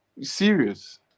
Serious